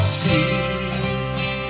see